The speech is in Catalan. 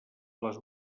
les